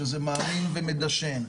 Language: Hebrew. שזה מאמין ומדשן,